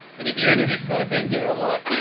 and if you're into this sort of thing give it a like.